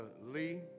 Lee